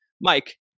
Mike